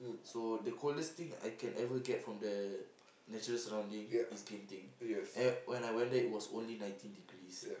so the coldest thing I can ever get from the natural surrounding is Genting and when I went there it was only nineteen degrees